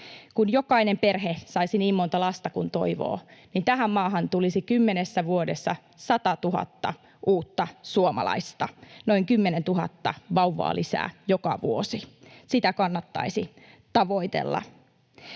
Kun jokainen perhe saisi niin monta lasta kuin toivoo, tähän maahan tulisi kymmenessä vuodessa 100 000 uutta suomalaista, noin 10 000 vauvaa lisää joka vuosi. Sitä kannattaisi tavoitella.